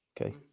Okay